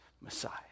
Messiah